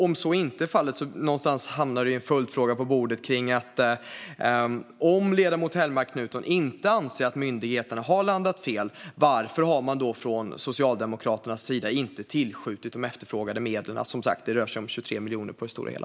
Om så inte är fallet hamnar det någonstans en följdfråga på bordet: Om ledamoten Hellmark Knutsson inte anser att myndigheterna har landat fel, varför har man då från Socialdemokraternas sida inte tillskjutit de efterfrågade medlen? Det rör sig som sagt om 23 miljoner på det stora hela.